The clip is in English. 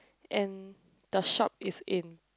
and the shop is in